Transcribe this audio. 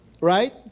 right